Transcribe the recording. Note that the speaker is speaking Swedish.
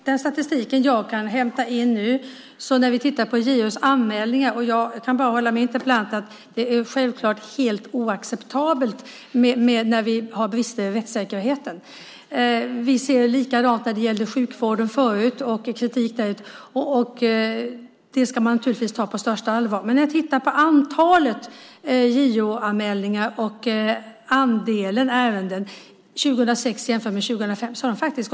Herr talman! Jag har tittat på den statistik som finns nu och anmälningar till JO. Jag håller med interpellanten om att det är självklart helt oacceptabelt med brister i rättssäkerheten. Det har tidigare varit likadant med kritiken mot sjukvården. Det ska man naturligtvis ta på största allvar. Antalet JO-anmälningar och andelen ärenden 2006 jämfört med 2005 har gått ned.